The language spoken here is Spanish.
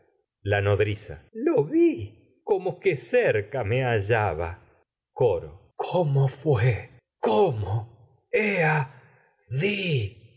la nodriza lo vi como que cerca me hallaba coro la cómo fué cómo